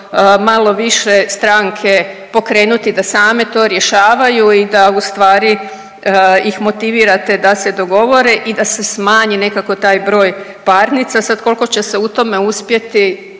malo više stranke pokrenuti da same to rješavaju i da ustvari ih motivirate da se dogovore i da se smanji nekako taj broj parnica. Sad koliko će se u tome uspjeti,